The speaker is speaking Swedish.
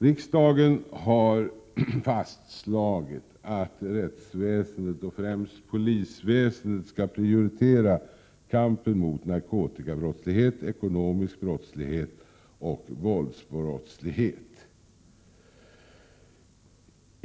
Riksdagen har fastslagit att rättsväsendet, och främst polisväsendet, skall prioritera kampen mot narkotikabrottslighet, ekonomisk brottslighet och våldsbrottslighet.